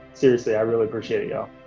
seriously, i really appreciate yeah